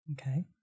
Okay